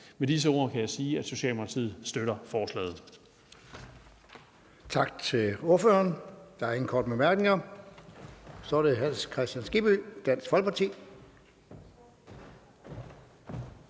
Med disse ord kan jeg sige, at Socialdemokratiet støtter forslaget.